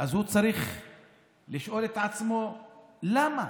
אז הוא צריך לשאול את עצמו למה.